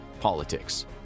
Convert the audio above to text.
Politics